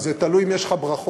זה תלוי, אם יש לך ברכות.